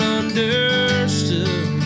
understood